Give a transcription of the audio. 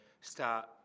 start